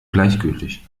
gleichgültig